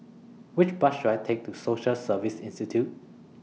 Which Bus should I Take to Social Service Institute